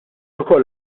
ukoll